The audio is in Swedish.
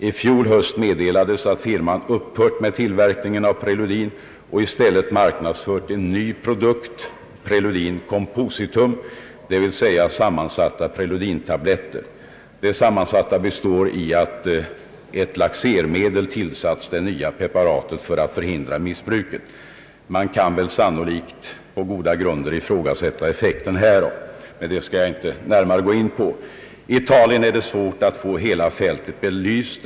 I fjol höst meddelades att firman upphört med tillverkningen av preludin och i stället marknadsfört en ny produkt, preludin compositum, dvs. sammansatta preludintabletter. Det sammansatta består i att ett laxeringsmedel tillsatts det nya preparatet för att förhindra missbruk. Man kan sannolikt på goda grunder ifrågasätta effekten härav, men det skall jag inte gå in på. I Italien är det svårt att få hela fältet belyst.